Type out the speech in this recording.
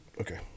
Okay